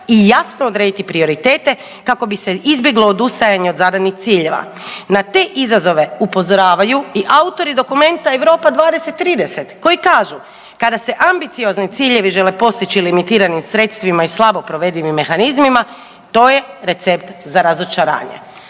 i jasno odrediti prioritete kako bi se izbjeglo odustajanje od zadanih ciljeva. Na te izazove upozoravaju i autori dokumenta Europa '20./'30. koji kažu, kada se ambiciozni ciljevi žele postići limitiranim sredstvima i slabo provedivim mehanizmima, to je recept za razočaranje.